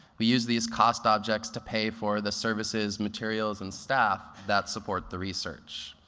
we use these cost objects to pay for the services, materials, and staff that support the research.